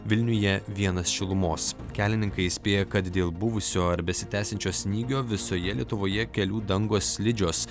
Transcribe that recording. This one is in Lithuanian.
vilniuje vienas šilumos kelininkai įspėja kad dėl buvusio ar besitęsiančio snygio visoje lietuvoje kelių dangos slidžios